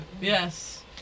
Yes